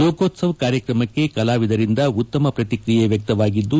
ಲೋಕೋತ್ಸವ್ ಕಾರ್ಯಕ್ರಮಕ್ಕೆ ಕಲಾವಿದರಿಂದ ಉತ್ತಮ ಶ್ರತಿಕ್ರಿಯೆ ವ್ಯಕ್ತವಾಗಿದ್ದು